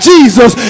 Jesus